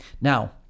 Now